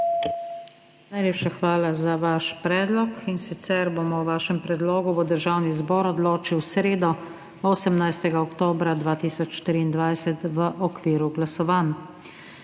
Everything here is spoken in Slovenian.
Najlepša hvala za vaš predlog, in sicer bo o vašem predlogu Državni zbor odločil v sredo, 18. oktobra 2023, v okviru glasovanj.